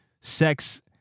sex